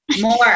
More